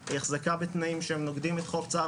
היא החזקה בתנאים שהם נוגדים את חוק צער